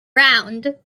round